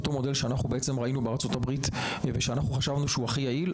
את אותו מודל שאנחנו ראינו בארצות הברית וחשבנו שהוא הכי יעיל,